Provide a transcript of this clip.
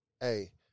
Hey